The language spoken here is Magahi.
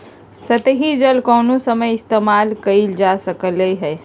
सतही जल कोनो समय इस्तेमाल कएल जा सकलई हई